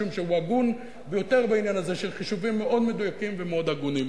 משום שהוא הגון ביותר בעניין הזה של חישובים מאוד מדויקים ומאוד הגונים.